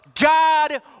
God